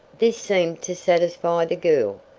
this seemed to satisfy the girl,